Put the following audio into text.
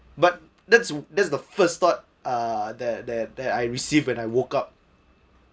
but that's that's the first thought uh that that that I received when I woke up